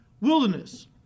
wilderness